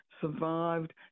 survived